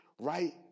right